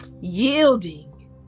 yielding